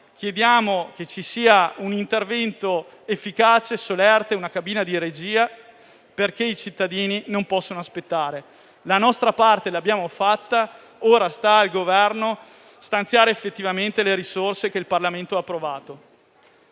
chiediamo che ci sia un intervento efficace, solerte, una cabina di regia perché i cittadini non possono aspettare. La nostra parte l'abbiamo fatta, ora sta al Governo stanziare effettivamente le risorse che il Parlamento ha approvato.